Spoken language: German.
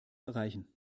erreichen